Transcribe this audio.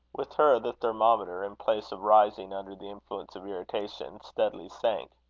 with her, the thermometer, in place of rising under the influence of irritation, steadily sank.